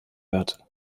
wird